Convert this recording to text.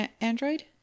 android